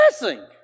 blessing